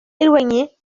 éloigné